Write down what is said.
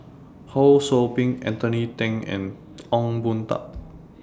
Ho SOU Ping Anthony Then and Ong Boon Tat